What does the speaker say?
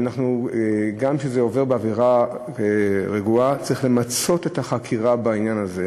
גם כשזה עובר באווירה רגועה צריך למצות את החקירה בעניין הזה.